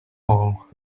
bowl